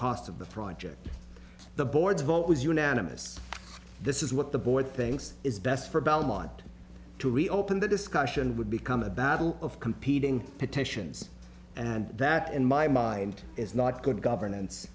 cost of the project the board's vote was unanimous this is what the board thinks is best for belmont to reopen the discussion would become a battle of competing petitions and that in my mind is not good governance